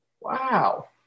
Wow